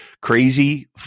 Crazy